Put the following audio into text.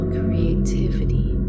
creativity